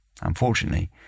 Unfortunately